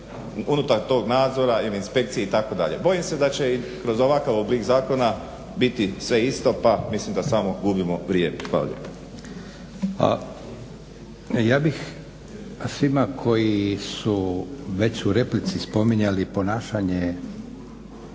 unutar tog nadzora ili inspekcije itd. Bojim se da će i kroz ovakav oblik zakona biti sve isto pa mislim da samo gubimo vrijeme. Hvala lijepa. **Leko, Josip (SDP)** Ja bih svima koji su već u replici spominjali ponašanje